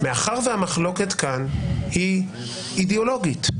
מאחר שהמחלוקת כאן היא אידיאולוגית,